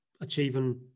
achieving